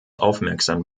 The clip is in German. aufmerksam